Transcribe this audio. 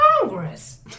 Congress